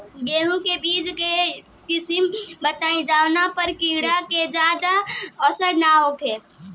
गेहूं के बीज के किस्म बताई जवना पर कीड़ा के ज्यादा असर न हो सके?